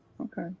Okay